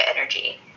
energy